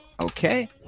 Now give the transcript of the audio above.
Okay